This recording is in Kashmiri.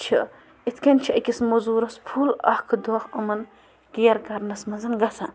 چھِ اِتھ کٔنۍ چھِ أکِس مٔزوٗرَس فُل اَکھ دۄہ یِمَن کِیَر کَرنَس منٛز گژھان